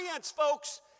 folks